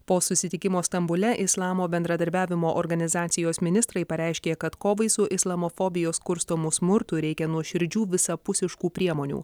po susitikimo stambule islamo bendradarbiavimo organizacijos ministrai pareiškė kad kovai su islamofobijos kurstomu smurtu reikia nuoširdžių visapusiškų priemonių